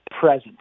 present